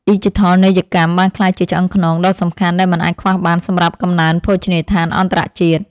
ឌីជីថលនីយកម្មបានក្លាយជាឆ្អឹងខ្នងដ៏សំខាន់ដែលមិនអាចខ្វះបានសម្រាប់កំណើនភោជនីយដ្ឋានអន្តរជាតិ។